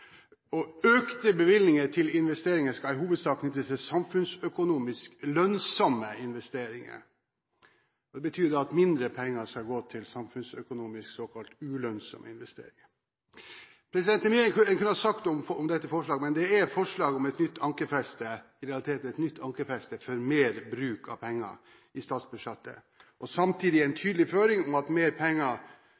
betyr at mindre penger skal gå til samfunnsøkonomisk – såkalt – ulønnsomme investeringer. Det er mye en kunne ha sagt om dette forslaget. Det er et forslag om et nytt ankerfeste – i realiteten et nytt ankerfeste for mer bruk av penger i statsbudsjettet – og samtidig en